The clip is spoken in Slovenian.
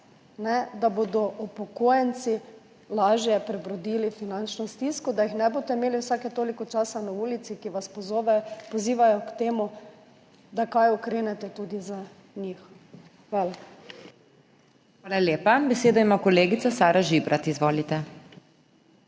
da bodo upokojenci lažje prebrodili finančno stisko, da jih ne boste imeli vsake toliko časa na ulici, kjer vas pozivajo k temu, da kaj ukrenete tudi za njih. Hvala. **PODPREDSEDNICA MAG. MEIRA HOT:** Hvala lepa. Besedo ima kolegica Sara Žibrat. Izvolite.